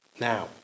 Now